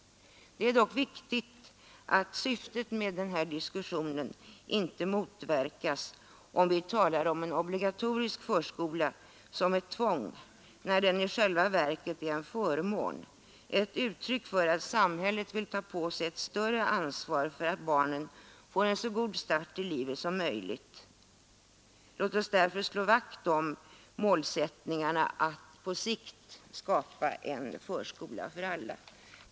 Det är dock viktigt att syftet med den här diskussionen inte motverkas, om vi talar om en obligatorisk förskola som ett tvång, när den i själva verket är en förmån, ett uttryck för att samhället vill ta på sig ett större ansvar för att barnen får en så god start i livet som möjligt. Låt oss därför slå vakt om målsättningen att på sikt skapa en förskola för alla!